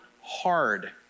hard